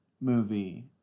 movie